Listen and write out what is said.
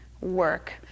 work